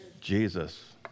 Jesus